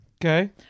Okay